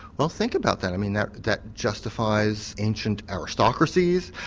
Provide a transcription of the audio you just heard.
well think about that, i mean that that justifies ancient aristocracies,